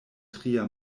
tria